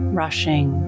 rushing